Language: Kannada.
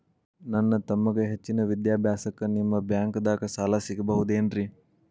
ನನ್ನ ತಮ್ಮಗ ಹೆಚ್ಚಿನ ವಿದ್ಯಾಭ್ಯಾಸಕ್ಕ ನಿಮ್ಮ ಬ್ಯಾಂಕ್ ದಾಗ ಸಾಲ ಸಿಗಬಹುದೇನ್ರಿ?